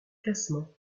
classements